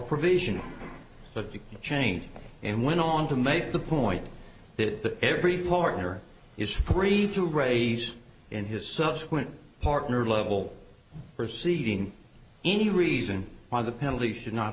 provision of change and went on to make the point that every partner is free to raise in his subsequent partner level or ceding any reason why the penalty should not